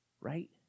right